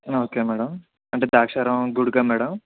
okay madam అంటే ద్రాక్షారామం గుడికా madam